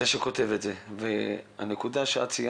הנקודה שאת,